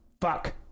Fuck